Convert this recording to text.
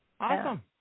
Awesome